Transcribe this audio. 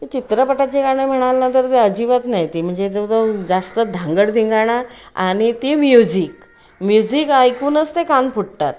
ते चित्रपटाची गाणं म्हणाल ना तर ती अजिबात नाही ती म्हणजे तो जास्त धांगडधिंगाणा आणि ती म्युझिक म्युझिक ऐकूनच ते कान फुटतात